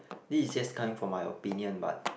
this is just coming from my opinion but